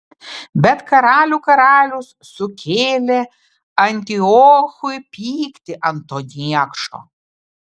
bet karalių karalius sukėlė antiochui pyktį ant to niekšo